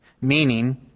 Meaning